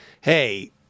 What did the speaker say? Hey